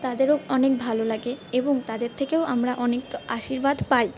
তাদেরও অনেক ভালো লাগে এবং তাদের থেকেও আমরা অনেক আশীর্বাদ পাই